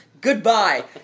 Goodbye